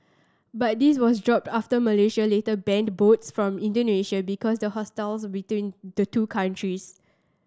but this was dropped after Malaysia later banned boats from Indonesia because the between the two countries